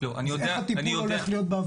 אז איך הטיפול הולך להיות?